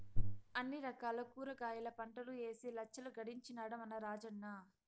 అన్ని రకాల కూరగాయల పంటలూ ఏసి లచ్చలు గడించినాడ మన రాజన్న